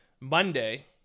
Monday